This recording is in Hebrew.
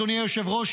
אדוני היושב-ראש,